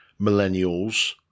Millennials